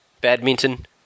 Badminton